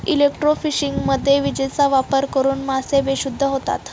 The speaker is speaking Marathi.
इलेक्ट्रोफिशिंगमध्ये विजेचा वापर करून मासे बेशुद्ध होतात